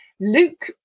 Luke